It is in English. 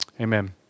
Amen